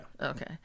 Okay